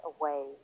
away